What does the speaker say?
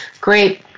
Great